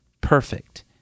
perfect